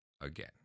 again